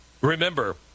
remember